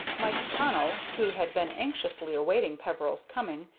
mike connell, who had been anxiously awaiting peveril's coming,